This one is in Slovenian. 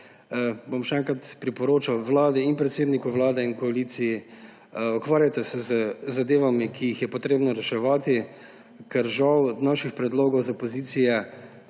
Še enkrat bom priporočil vladi in predsedniku vlade in koaliciji, ukvarjajte se z zadevami, ki jih je treba reševati, ker žal naših predlogov iz opozicije